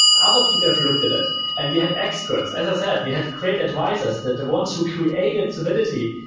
other people have looked at it and we had experts. as i said, we had create devices that the ones who created solidity,